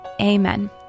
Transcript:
Amen